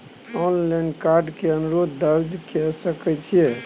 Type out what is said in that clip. Online card के अनुरोध दर्ज के सकै छियै?